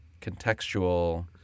contextual